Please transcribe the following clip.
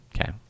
Okay